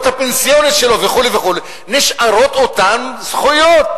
הפנסיוניות שלו וכו' וכו' נשארות אותן זכויות,